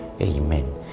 Amen